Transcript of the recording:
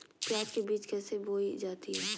प्याज के बीज कैसे बोई जाती हैं?